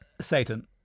Satan